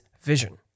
vision